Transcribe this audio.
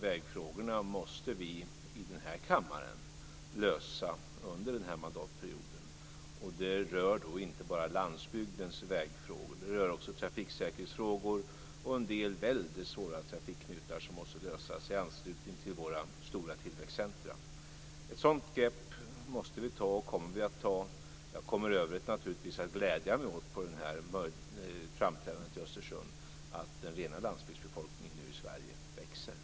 Vägfrågorna måste vi i denna kammare lösa under den här mandatperioden. Det rör inte bara landsbygdens vägfrågor. Det rör också trafiksäkerhetsfrågor och en del väldigt svåra trafikknutar som måste lösas i anslutning till våra stora tillväxtcentrum. Ett sådant grepp måste vi ta och kommer vi att ta. Jag kommer naturligtvis i övrigt att glädja mig åt vid framträdandet i Östersund att den rena landsbygdsbefolkningen nu växer i Sverige.